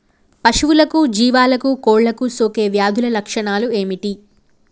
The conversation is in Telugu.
పశువులకు జీవాలకు కోళ్ళకు సోకే వ్యాధుల లక్షణాలు ఏమిటి?